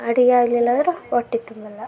ಅಡುಗೆ ಆಗಲಿಲ್ಲ ಅಂದ್ರೆ ಹೊಟ್ಟಿ ತುಂಬೊಲ್ಲ